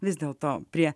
vis dėl to prie